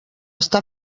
està